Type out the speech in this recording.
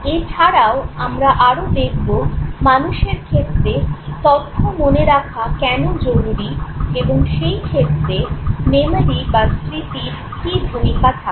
এছাড়াও আমরা আরও দেখবো মানুষের ক্ষেত্রে তথ্য মনে রাখা কেন জরুরি এবং সেই ক্ষেত্রে "মেমোরি" বা স্মৃতির কী ভূমিকা থাকে